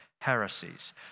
heresies